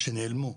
שנעלמו,